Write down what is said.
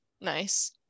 nice